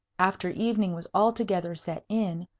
after evening was altogether set in,